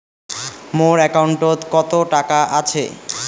মোর একাউন্টত কত টাকা আছে?